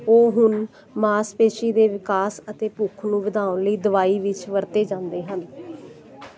ਉਹ ਹੁਣ ਮਾਸਪੇਸ਼ੀ ਦੇ ਵਿਕਾਸ ਅਤੇ ਭੁੱਖ ਨੂੰ ਵਧਾਉਣ ਲਈ ਦਵਾਈ ਵਿੱਚ ਵਰਤੇ ਜਾਂਦੇ ਹਨ